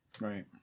Right